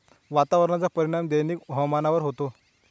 वातावरणाचा परिणाम दैनंदिन हवामानावर होतो